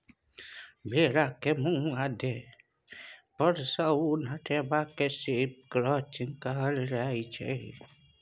भेड़ा केर मुँह आ देह पर सँ उन हटेबा केँ शिप क्रंचिंग कहल जाइ छै